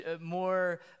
more